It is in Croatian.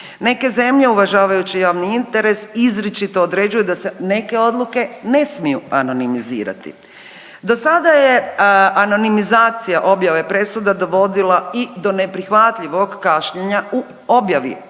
Neke zemlje uvažavajući javni interes izričito određuju da se neke odluke ne smiju anonimizirati. Do sada je anonimizacija objave presuda dovodila i do neprihvatljivog kašnjenja u objavi presuda.